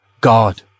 God